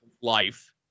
life